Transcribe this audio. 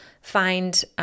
find